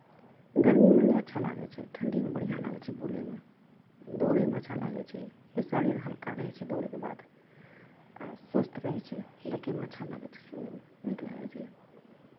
गरमीमे नहि अच्छा लागै छै ठण्ढीमे बढ़िआँ लागै छै बुलैमे दौड़ैमे अच्छा लागै छै शरीर हलका रहै छै दौड़ैके बाद आ स्वस्थ रहै छै देखैमे अच्छा लागै छै सुनैमे नीक लागै छै